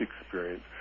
experience